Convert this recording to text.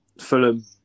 Fulham